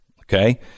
Okay